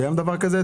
קיים דבר כזה?